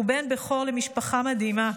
הוא בן בכור למשפחה מדהימה.